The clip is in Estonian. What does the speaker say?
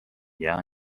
jne